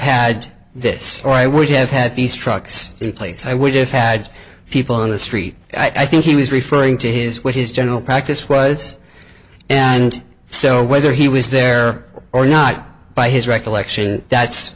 had this or i would have had these trucks in place i would have had people in the street i think he was referring to his with his general practice was and so whether he was there or not by his recollection that's